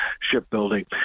shipbuilding